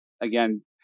again